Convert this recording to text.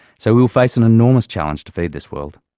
so we will face an enormous challenge to feed this world.